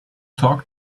talk